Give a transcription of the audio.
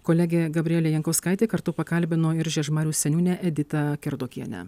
kolegė gabrielė jankauskaitė kartu pakalbino ir žiežmarių seniūnę editą kerdokienę